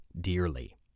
dearly